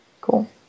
Cool